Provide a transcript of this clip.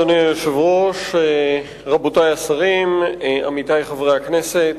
אדוני היושב-ראש, רבותי השרים, עמיתי חברי הכנסת,